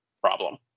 problem